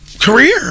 career